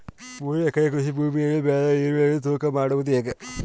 ಮೂರು ಎಕರೆ ಕೃಷಿ ಭೂಮಿಯಲ್ಲಿ ಬೆಳೆದ ಈರುಳ್ಳಿಯನ್ನು ತೂಕ ಮಾಡುವುದು ಹೇಗೆ?